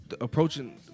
approaching